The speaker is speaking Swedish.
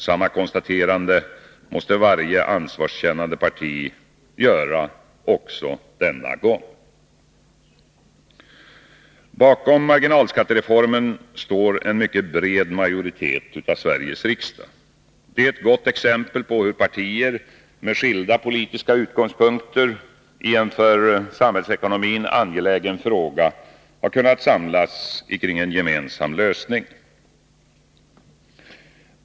Samma konstaterande måste varje ansvarskännande parti göra också denna gång. Bakom marginalskattereformen står en mycket bred majoritet av Sveriges riksdag. Det är ett gott exempel på hur partier med skilda politiska utgångspunkter i en för samhällsekonomin angelägen fråga har kunnat samlas kring en gemensam lösning.